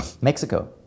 Mexico